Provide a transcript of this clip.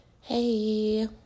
Hey